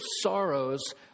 sorrows